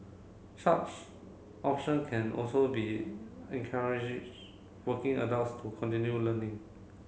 such option can also be encourages working adults to continue learning